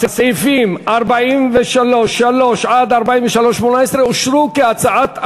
סעיף 43(3) עד 43(18) אושר כהצעת הוועדה,